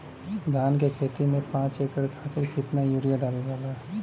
धान क खेती में पांच एकड़ खातिर कितना यूरिया डालल जाला?